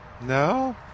No